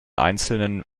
einzelnen